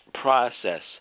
process